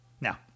Now